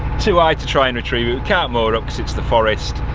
too high to try and retrieve it, we can't moor up because it's the forest